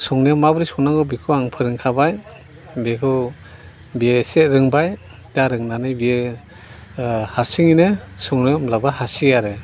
संनायाव माब्रै संनांगौ बेखौ आं फोरोंखाबाय बेखौ बियो एसे रोंबाय दा रोंनानै बियो हारसिंयैनो संनो होब्लाबो हासै आरो